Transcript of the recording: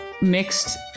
mixed